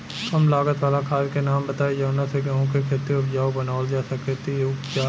कम लागत वाला खाद के नाम बताई जवना से गेहूं के खेती उपजाऊ बनावल जा सके ती उपजा?